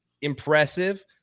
impressive